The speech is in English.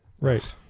Right